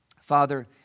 Father